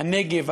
הנגב,